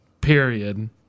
period